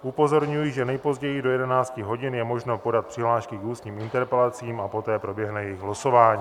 Upozorňuji, že nejpozději do 11 hodin je možno podat přihlášky k ústním interpelacím a poté proběhne jejich losování.